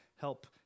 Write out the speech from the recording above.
help